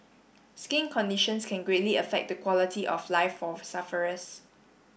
skin conditions can greatly affect the quality of life for sufferers